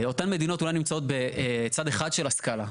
אותן מדינות אולי נמצאות בצד אחד של הסקלה,